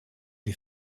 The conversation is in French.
des